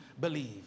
believe